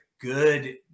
good